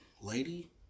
lady